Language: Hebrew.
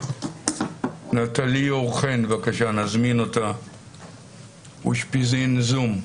נטלי אור-חן, בבקשה, אושפיזין בזום.